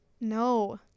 No